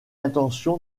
intention